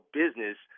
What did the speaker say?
business